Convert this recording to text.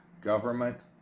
government